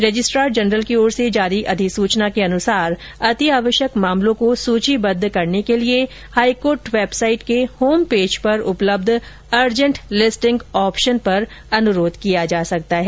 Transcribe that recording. registrar general की ओर से जारी अधिसुचना के अनुसार अत्यावश्यक मामलों को सूचीबद्ध करने के लिए हाईकोर्ट वेबसाइट के होम पेज पर उपलब्ध अर्जेट लिस्टिंग ऑप्शन पर अनुरोध किया जा सकता है